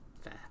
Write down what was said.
Fair